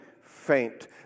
faint